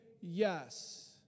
yes